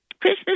Christmas